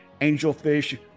angelfish